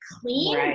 clean